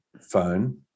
phone